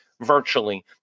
virtually